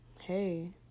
hey